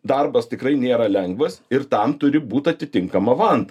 darbas tikrai nėra lengvas ir tam turi būt atitinkama vanta